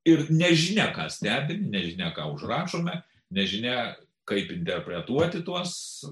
ir nežinia ką stebime nežinia ką užrašome nežinia kaip interpretuoti tuos